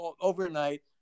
overnight